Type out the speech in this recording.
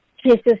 Jesus